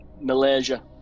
Malaysia